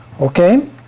Okay